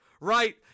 right